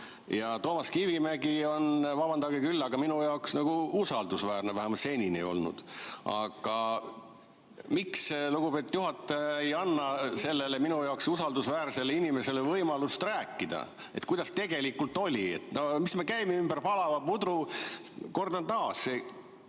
Ja Toomas Kivimägi on, vabandage küll, minu jaoks usaldusväärne, vähemalt seni on olnud. Miks te, lugupeetud juhataja, ei anna sellele minu jaoks usaldusväärsele inimesele võimalust rääkida, kuidas tegelikult oli? No mis me käime ümber palava pudru! Kordan taas: